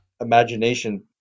imagination